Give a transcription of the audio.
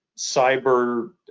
cyber